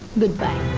goodbye.